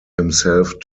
himself